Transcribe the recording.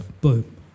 boom